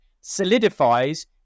solidifies